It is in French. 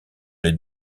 les